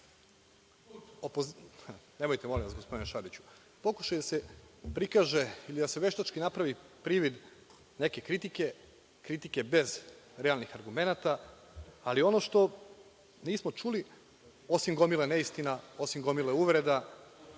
molim vas, gospodine Šaroviću.…pokušaj da se prikaže ili da se veštački napravi privid neke kritike, neke kritike bez realnih argumenata, ali ono što nismo čuli osim gomile neistina, osim gomile uvreda